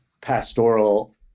pastoral